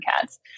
cats